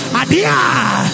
adia